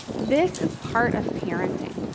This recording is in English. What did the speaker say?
this is part of parenting.